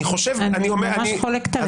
אני ממש חולקת עליך.